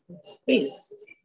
space